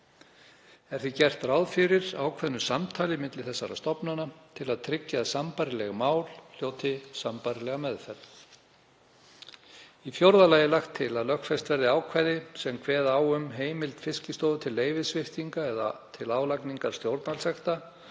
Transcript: Er því gert ráð fyrir ákveðnu samtali milli þessara stofnana til að tryggja að sambærileg mál hljóti sambærilega meðferð. Í fjórða lagi er lagt til að lögfest verði ákvæði sem kveða á um að heimild Fiskistofu til leyfissviptinga eða til álagningar stjórnvaldssekta